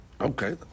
Okay